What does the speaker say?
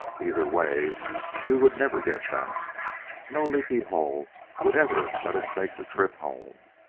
either way we would never get back no leaky hull would ever let us make the trip home!